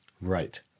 Right